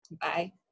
Bye